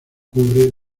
cubre